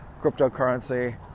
cryptocurrency